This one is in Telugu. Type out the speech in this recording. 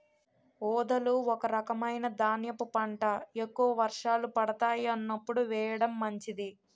ఊదలు ఒక రకమైన ధాన్యపు పంట, ఎక్కువ వర్షాలు పడతాయి అన్నప్పుడు వేయడం మంచిది